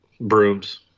Brooms